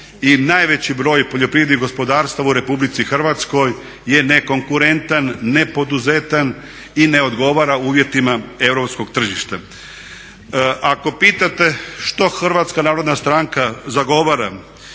i najveći broj poljoprivrednih gospodarstava u Republici Hrvatskoj je nekonkurentan, nepoduzetan i ne odgovara uvjetima europskog tržišta. Ako pitate što HNS zagovara,